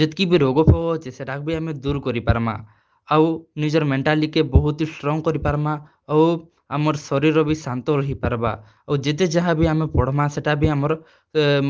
ଯେତ୍କି ବି ରୋଗ୍ଫୋଗ୍ ଅଛି ସେଟା କୁ ବି ଆମେ ଦୂର୍ କରିପାର୍ମା ଆଉ ନିଜର୍ ମେଣ୍ଟାଲି କେ ବହୁତ୍ ଷ୍ଟ୍ରଙ୍ଗ୍ କରି ପାର୍ମା ଆଉ ଆମର୍ ଶରୀର୍ ବି ଶାନ୍ତ ରହିପାର୍ବା ଆଉ ଯେତେ ଯାହା ବି ଆମେ ପଢ଼୍ମା ସେଟା ବି ଆମର୍